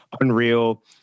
unreal